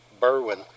Berwin